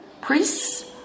priests